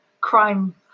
crime